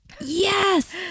Yes